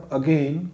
again